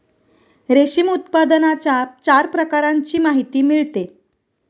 रेशीम उत्पादनाच्या चार प्रकारांची माहिती मिळते